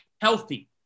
healthy